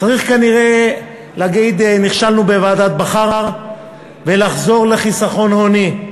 צריך כנראה להגיד "נכשלנו בוועדת בכר" ולחזור לחיסכון הוני.